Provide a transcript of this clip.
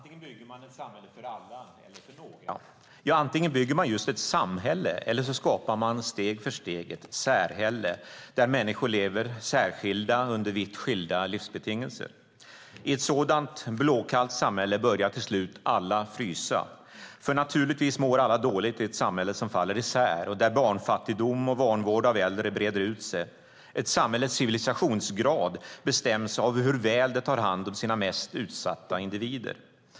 Herr talman! Antingen bygger man ett samhälle för alla eller så skapar man steg för steg ett "särhälle" där människor lever särskiljda under vitt skilda livsbetingelser. I ett sådant blåkallt samhälle börjar till slut alla frysa, för naturligtvis mår alla dåligt i ett samhälle som faller isär och där barnfattigdom och vanvård av äldre breder ut sig. Ett samhälles civilisationsgrad bestäms av hur väl det tar hand om sina mest utsatta individer.